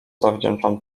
zawdzięczam